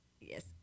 Yes